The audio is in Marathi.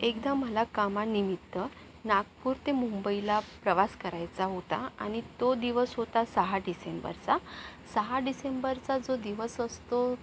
एकदा मला कामानिमित्त नागपूर ते मुंबईला प्रवास करायचा होता आणि तो दिवस होता सहा डिसेंबरचा सहा डिसेंबरचा जो दिवस असतो